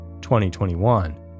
2021